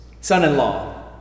son-in-law